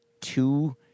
two